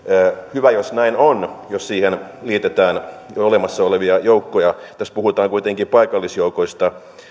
hyvä jos näin on että siihen liitetään jo olemassa olevia joukkoja tässä puhutaan kuitenkin paikallisjoukoista